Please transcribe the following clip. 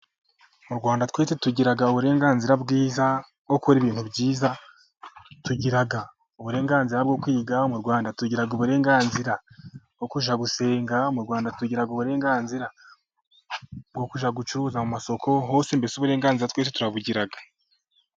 Mu Rwanda, twese tugiraga uburenganzira bwiza bwo gukora ibintu byiza. Tugira uburenganzira bwo kwiga. Mu Rwanda tugira uburenganzira bwo kujya gusenga, Mu Rwanda tugira uburenganzira bwo kujya gucuruza mu masoko hose. Mbese uburenganzira twese turabugira.